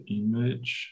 image